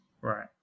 Right